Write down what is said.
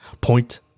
Point